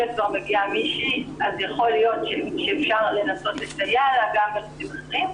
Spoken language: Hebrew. שכשמגיעה מישהי יכול שאפשר לנסות לסייע לה גם בעניין הזה.